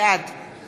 בעד